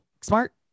Smart